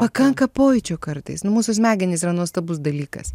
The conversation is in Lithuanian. pakanka pojūčio kartais nu mūsų smegenys yra nuostabus dalykas